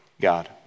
God